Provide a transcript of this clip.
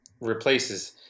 replaces